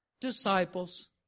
disciples